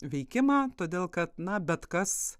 veikimą todėl kad na bet kas